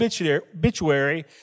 obituary